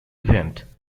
event